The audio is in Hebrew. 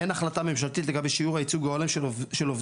אין החלטה ממשלתית לגבי שיעור הייצוג העולם של עובדים